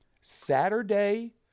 Saturday